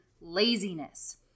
laziness